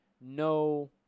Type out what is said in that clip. no